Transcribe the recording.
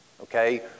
okay